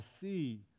see